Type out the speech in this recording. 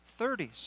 30s